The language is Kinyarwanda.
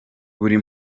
buri